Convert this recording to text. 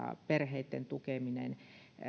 perheitten tukemisesta